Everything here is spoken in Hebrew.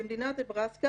במדינת נברסקה,